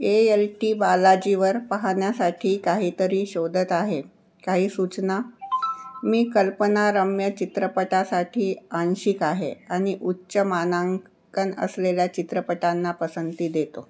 ए L T बालाजीवर पाहण्यासाठी काहीतरी शोधत आहे काही सूचना मी कल्पनारम्य चित्रपटासाठी आंशिक आहे आणि उच्च मानांकन असलेल्या चित्रपटांना पसंती देतो